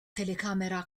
telecamera